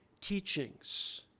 teachings